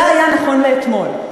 זה היה נכון לאתמול.